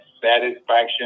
satisfaction